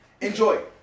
Enjoy